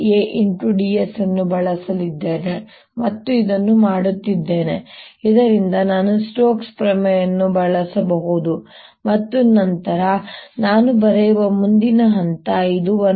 dS ಅನ್ನು ಬಳಸಲಿದ್ದೇನೆ ಮತ್ತು ಇದನ್ನು ಮಾಡುತ್ತಿದ್ದೇನೆ ಇದರಿಂದ ನಾನು ಸ್ಟೋಕ್ಸ್ ಪ್ರಮೇಯವನ್ನು ಬಳಸಬಹುದು ಮತ್ತು ನಂತರ ನಾನು ಬರೆಯುವ ಮುಂದಿನ ಹಂತ ಇದು 12IA